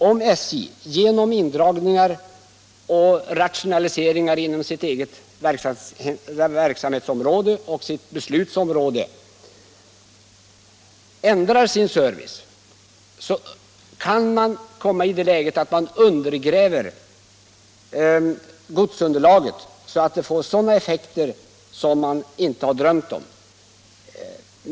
Om SJ genom indragningar och rationaliseringar inom sitt eget verksamhetsområde och beslutsområde ändrar sin service kan man komma i det läget att man undergräver godsunderlaget så att det får effekter som man inte har drömt om.